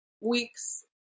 weeks